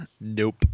Nope